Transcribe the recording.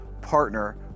partner